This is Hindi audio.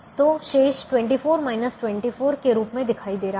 तो शेष 24 24 के रूप में दिखाई दे रहा है